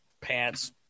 pants